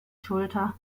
schulter